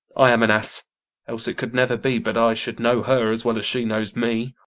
i am an ass else it could never be but i should know her as well as she knows me.